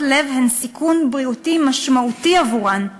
לב הן סיכון בריאותי משמעותי עבורן.